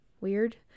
weird